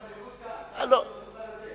צריך מנהיגות כאן, סביב השולחן הזה.